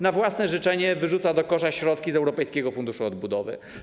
Na własne życzenie wyrzuca do kosza środki z Europejskiego Funduszu Odbudowy.